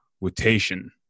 rotation